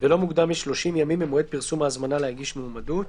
ולא מוקדם מ-30 ימים ממועד פרסום ההזמנה להגיש מועמדות,